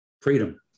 freedom